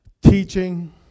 teaching